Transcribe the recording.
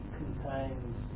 contains